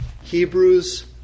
hebrews